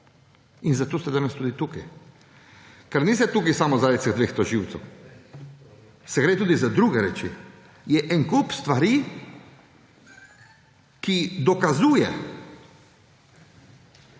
Zato ste danes tudi tukaj. Niste tukaj samo zaradi dveh tožilcev, gre tudi za druge reči, je en kup stvari, ki dokazujejo,